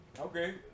Okay